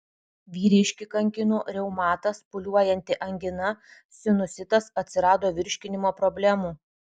vyriškį kankino reumatas pūliuojanti angina sinusitas atsirado virškinimo problemų